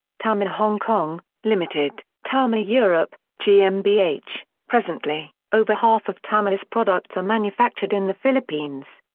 tamiya hong kong, ltd tamiya europe, gmbh presently, over half of tamiya's products are manufactured in the philippines.